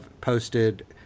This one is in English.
posted